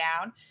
down